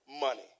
money